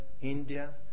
India